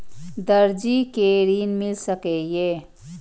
दर्जी कै ऋण मिल सके ये?